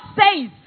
says